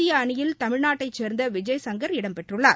இந்திய அணியில் தமிழ்நாட்டைச் சேர்ந்த விஜய்சங்கள் இடம்பெற்றுள்ளார்